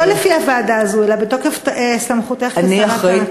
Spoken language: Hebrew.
לא לפי הוועדה הזאת אלא בתוקף סמכותך כשרת התרבות.